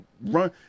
run